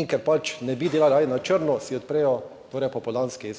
in ker pač ne bi delali raje na črno, si odprejo torej popoldanski